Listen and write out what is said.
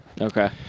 Okay